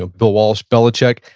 ah bill walsh, belichick.